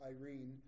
irene